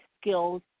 skills